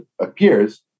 appears